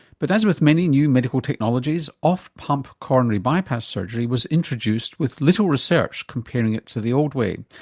but as with many new medical technologies, off pump coronary bypass surgery was introduced with little research comparing it to the old way.